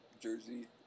jersey